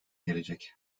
gelecek